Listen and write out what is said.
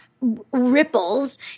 ripples